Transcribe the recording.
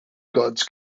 gods